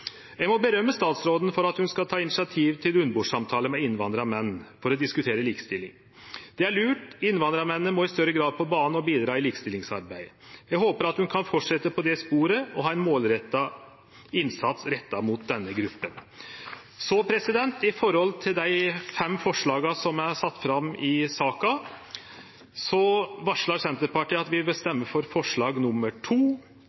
Eg må rose statsråden for at ho skal ta initiativ til rundebordsamtale med innvandrarmenn for å diskutere likestilling. Det er lurt, innvandrarmennene må i større grad på banen og bidra i likestillingsarbeidet. Eg håper at ho kan fortsetje på det sporet og ha ein målretta innsats retta inn mot denne gruppa. Når det gjeld dei fem forslaga som er sette fram i saka, varslar Senterpartiet at vi vil